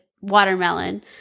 watermelon